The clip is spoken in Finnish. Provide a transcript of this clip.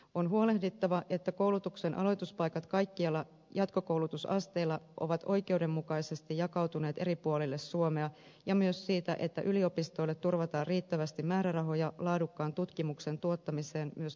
on huolehdittava siitä että koulutuksen aloituspaikat kaikilla jatkokoulutusasteilla ovat oikeudenmukaisesti jakautuneet eri puolille suomea ja myös siitä että yliopistoille turvataan riittävästi määrärahoja laadukkaan tutkimuksen tuottamiseen myös tulevaisuudessa